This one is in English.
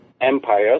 empires